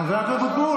למה לא על הוודקה?